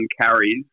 carries